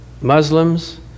Muslims